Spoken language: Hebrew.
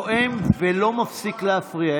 להפריע.